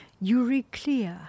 Euryclea